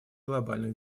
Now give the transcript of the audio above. глобальных